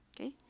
Okay